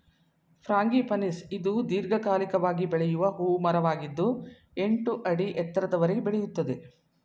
frangipanis ಇದು ದೀರ್ಘಕಾಲಿಕವಾಗಿ ಬೆಳೆಯುವ ಹೂ ಮರವಾಗಿದ್ದು ಎಂಟು ಅಡಿ ಎತ್ತರದವರೆಗೆ ಬೆಳೆಯುತ್ತದೆ